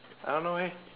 I don't know eh